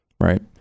right